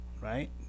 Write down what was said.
right